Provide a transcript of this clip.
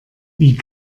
wie